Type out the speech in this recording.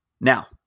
Now